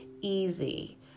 easy